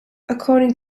according